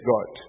God